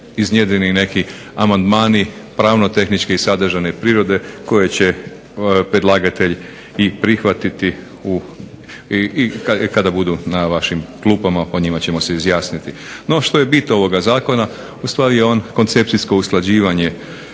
iznjedreni i neki amandmani pravno-tehničke i sadržane prirode koje će predlagatelj i prihvatiti kada budu na vašim klupama, o njima ćemo se izjasniti. No što je bit ovoga zakona? Ustvari je on koncepcijsko usklađivanje